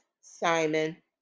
Simon